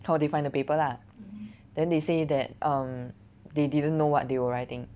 how they find the paper lah then they say that um they didn't know what they were writing